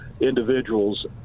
individuals